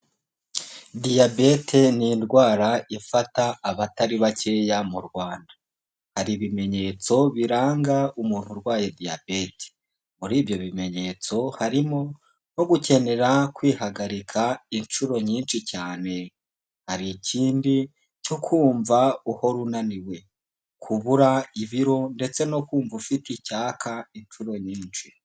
Diyabete ni indwara ifata abatari bakeya mu Rwanda. Hari ibimenyetso biranga umuntu urwaye diyabete. Muri ibyo bimenyetso harimo nko gukenera kwihagarika inshuro nyinshi cyane. Hari ikindi cyo kumva uhora unaniwe. Kubura ibiro ndetse no kumva ufite icyaka inshuro nyinshi.